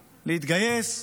להתגייס,